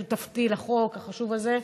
שותפתי לחוק החשוב הזה,